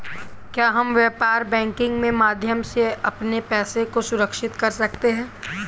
क्या हम व्यापार बैंकिंग के माध्यम से अपने पैसे को सुरक्षित कर सकते हैं?